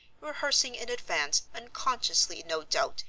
rehearsing in advance, unconsciously, no doubt,